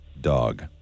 dog